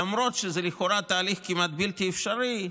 למרות שזה לכאורה תהליך כמעט בלתי אפשרי,